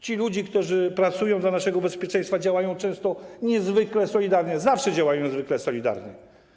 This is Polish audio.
Ci ludzie, którzy pracują dla naszego bezpieczeństwa, działają często niezwykle solidarnie, zawsze działają niezwykle solidarnie.